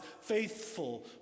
faithful